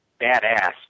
badass